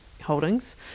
holdings